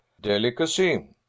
delicacy